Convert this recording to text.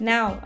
Now